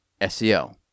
SEO